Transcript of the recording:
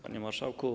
Panie Marszałku!